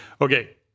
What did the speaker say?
Okay